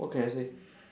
what can I say